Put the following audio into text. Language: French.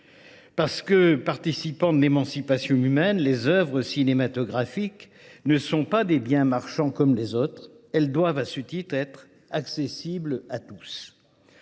Parce qu’elles participent de l’émancipation humaine, les œuvres cinématographiques ne sont pas des biens marchands comme les autres. Elles doivent à ce titre être accessibles à tous.